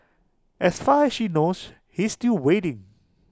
as far as she knows he's still waiting